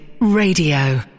Radio